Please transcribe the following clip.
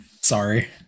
sorry